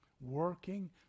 working